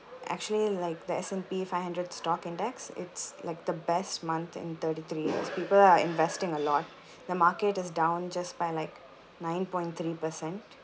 actually like the S&P five hundred stock index it's like the best month in thirty-three years people are investing a lot the market is down just by like nine point three percent